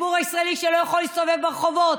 הציבור הישראלי שלא יכול להסתובב ברחובות,